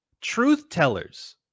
truth-tellers